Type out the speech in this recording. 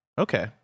Okay